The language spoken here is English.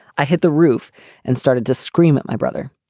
i hit the roof and started to scream at my brother.